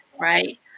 right